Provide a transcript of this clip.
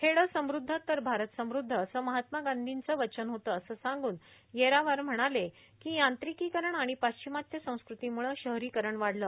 खेडे समृध्द तर भारत समृध्दए असं महात्मा गांधीचं वचन होतेए असं सांगून येरावार म्हणालेए यांत्रिकीकरण आणि पाश्चिमात्य संस्कृतीमुळे शहरीकरण वाढलं